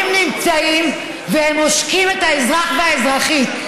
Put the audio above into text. החניונים נמצאים, והם עושקים את האזרח והאזרחית.